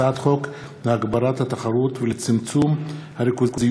הצעת חוק להגברת התחרות ולצמצום הריכוזיות